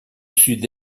sud